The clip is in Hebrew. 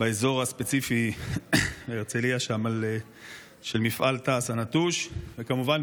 באזור הספציפי בהרצליה של מפעל תעש הנטוש וכמובן,